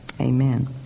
Amen